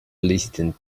listen